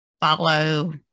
follow